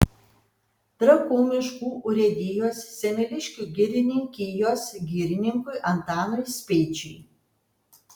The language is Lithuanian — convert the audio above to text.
trakų miškų urėdijos semeliškių girininkijos girininkui antanui speičiui